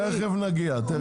תכף נגיע לזה.